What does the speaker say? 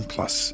Plus